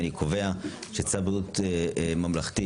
אני קובע שצו ביטוח בריאות ממלכתי